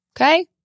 Okay